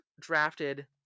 drafted